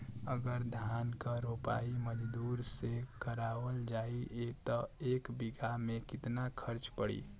अगर धान क रोपाई मजदूर से करावल जाई त एक बिघा में कितना खर्च पड़ी?